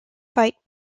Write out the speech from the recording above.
fight